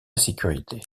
sécurité